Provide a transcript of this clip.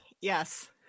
Yes